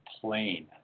plain